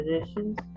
positions